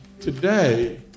Today